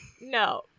No